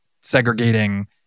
segregating